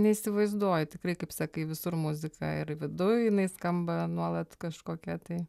neįsivaizduoju tikrai kaip sakai visur muzika ir viduj jinai skamba nuolat kažkokia tai